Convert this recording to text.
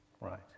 right